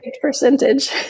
percentage